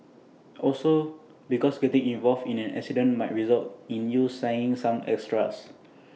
also because getting involved in an incident might result in you signing some extras